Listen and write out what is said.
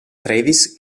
travis